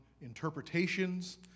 interpretations